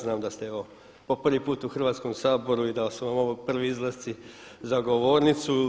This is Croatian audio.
Znam da ste evo po prvi put u Hrvatskom saboru i da su vam ovo prvi izlasci za govornicu.